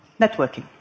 Networking